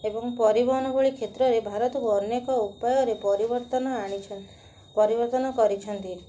ଏବଂ ପରିବହନ ଭଳି କ୍ଷେତ୍ରରେ ଭାରତକୁ ଅନେକ ଉପାୟରେ ପରିବର୍ତ୍ତନ ଆଣିଛନ୍ତି ପରିବର୍ତ୍ତନ କରିଛନ୍ତି